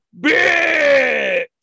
bitch